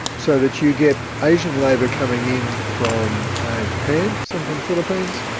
so that you get asian labour coming in from japan, some from the philippines,